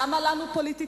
למה לנו פוליטיקאים?